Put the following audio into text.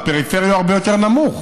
בפריפריה זה הרבה יותר נמוך.